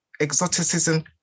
exoticism